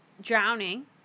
drowning